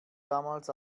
damals